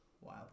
Wow